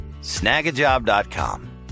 Snagajob.com